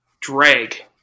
drag